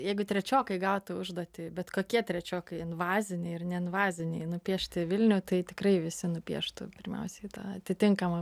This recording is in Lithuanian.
jeigu trečiokai gautų užduotį bet kokie trečiokai invaziniai ir neinvaziniai nupiešti vilnių tai tikrai visi nupieštų pirmiausiai tą atitinkamą